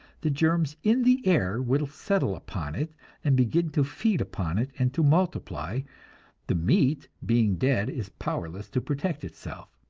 the germs in the air will settle upon it and begin to feed upon it and to multiply the meat, being dead, is powerless to protect itself.